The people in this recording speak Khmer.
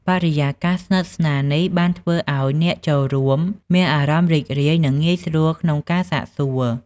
បរិយាកាសស្និទ្ធស្នាល នេះបានធ្វើឱ្យអ្នកចូលរួមមានអារម្មណ៍រីករាយនិងងាយស្រួលក្នុងការសាកសួរ។